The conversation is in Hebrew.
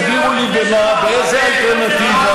בואו תסבירו לי במה, באיזו אלטרנטיבה.